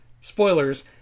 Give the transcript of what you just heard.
spoilers